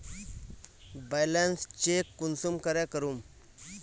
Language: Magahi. बैलेंस चेक कुंसम करे करूम?